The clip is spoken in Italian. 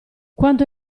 quanto